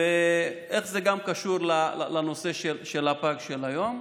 איך זה קשור לנושא הפג של היום?